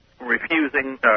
refusing